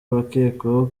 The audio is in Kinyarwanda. abakekwaho